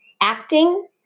acting